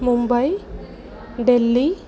Mumbai Delhi